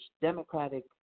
Democratic